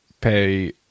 pay